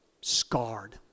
scarred